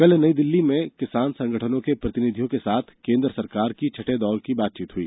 कल नई दिल्ली में किसान संगठनों के प्रतिनिधियों के साथ केन्द्र सरकार की छठे दौर की बातचीत हुई